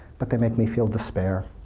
but they make me feel despair,